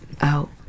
out